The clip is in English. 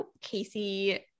Casey